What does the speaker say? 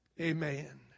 Amen